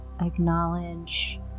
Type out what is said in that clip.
Acknowledge